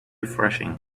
refreshing